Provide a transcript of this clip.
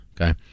okay